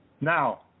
Now